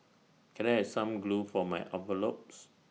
can I have some glue for my envelopes